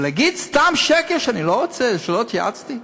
אבל להגיד סתם שקר שאני לא רוצה ושלא התייעצתי?